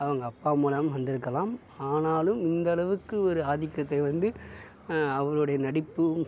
அவங்க அப்பா மூலம் வந்திருக்கலாம் ஆனாலும் இந்தளவுக்கு ஒரு ஆதிக்கத்தை வந்து அவருடைய நடிப்பும்